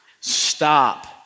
stop